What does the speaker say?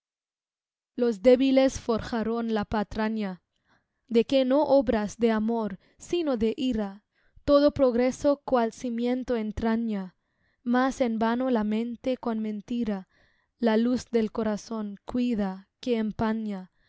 los débiles forjaron la patraña de que no obras de amor sino de ira todo progreso cual cimiento entraña mas en vano la mente con mentira la luz del corazón cuida que